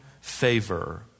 Favor